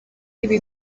ibi